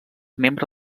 membre